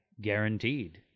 guaranteed